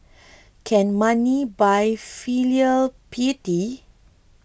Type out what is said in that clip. can money buy filial piety